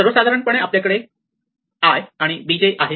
सर्वसाधारणपणे आपल्याकडे i आणि b j आहे